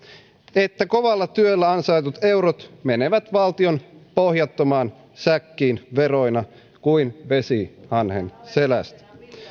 että kovalla työllä ansaitut eurot menevät valtion pohjattomaan säkkiin veroina kuin vesi hanhen selästä